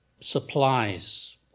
supplies